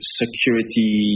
security